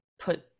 put